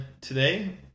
today